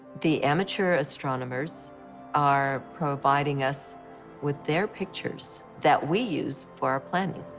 the amateur astronomers are providing us with their pictures that we use for our planning.